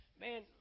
man